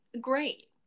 great